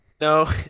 No